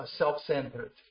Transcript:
self-centered